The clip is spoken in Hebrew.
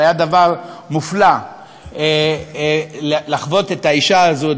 זה היה דבר מופלא לחוות את האישה הזאת,